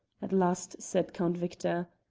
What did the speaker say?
at last said count victor.